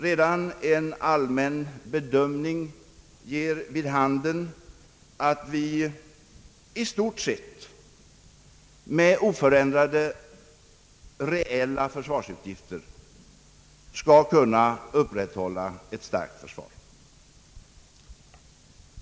Redan en allmän bedömning ger vid handen, att vi i stort sett med oförändrade reella försvarsutgifter skall kunna upprätthålla ett starkt försvar.